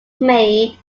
made